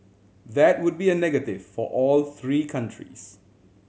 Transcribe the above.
that would be a negative for all three countries